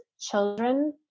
children